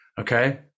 Okay